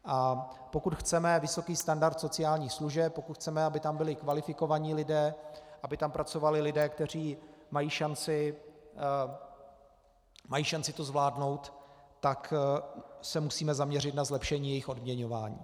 A pokud chceme vysoký standard sociálních služeb, pokud chceme, aby tam byli kvalifikovaní lidé, aby tam pracovali lidé, kteří mají šanci to zvládnout, tak se musíme zaměřit na zlepšení jejich odměňování.